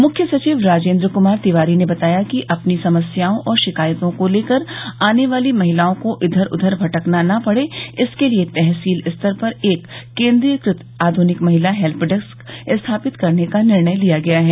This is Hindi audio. मुख्य सचिव राजेन्द्र क्मार तिवारी ने बताया कि अपनी समस्याओं और शिकायतों को लेकर आने वाली महिलाओं को इधर उधर न भटकना पड़े इसके लिए तहसील स्तर पर एक केन्द्रीयकृत आध्निक महिला हेत्य डेस्क स्थापित करने का निर्णय लिया गया है